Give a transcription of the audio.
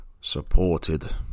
supported